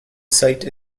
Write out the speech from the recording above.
site